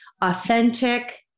Authentic